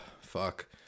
fuck